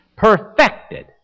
Perfected